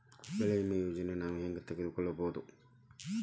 ಬೆಳಿ ವಿಮೆ ಯೋಜನೆನ ನಾವ್ ಹೆಂಗ್ ತೊಗೊಬೋದ್?